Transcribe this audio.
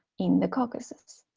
in the caucasus,